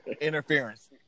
Interference